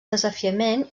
desafiament